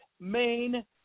Main